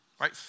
Right